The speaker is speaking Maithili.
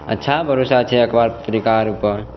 अच्छा भरोसा छै अखबार पत्रिका आरूपर